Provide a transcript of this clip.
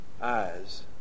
eyes